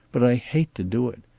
but i hate to do it.